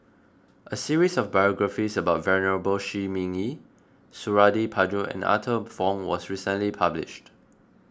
a series of biographies about Venerable Shi Ming Yi Suradi Parjo and Arthur Fong was recently published